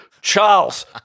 Charles